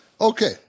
Okay